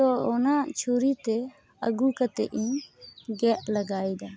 ᱛᱳ ᱚᱱᱟ ᱪᱷᱩᱨᱤ ᱛᱮ ᱟᱹᱜᱩ ᱠᱟᱛᱮᱫ ᱤᱧ ᱜᱮᱫ ᱞᱮᱜᱟᱭᱮᱫᱟ